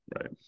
Right